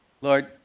Lord